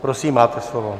Prosím, máte slovo.